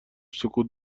سکوت